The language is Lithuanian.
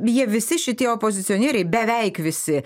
jie visi šitie opozicionieriai beveik visi